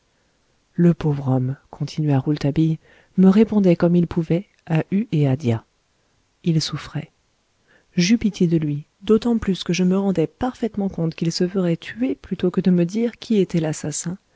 le pauvre homme continua rouletabille me répondait comme il pouvait à hue et à dia il souffrait j'eus pitié de lui d'autant plus que je me rendais parfaitement compte qu'il se ferait tuer plutôt que de me dire qui était l'assassin